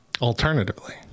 Alternatively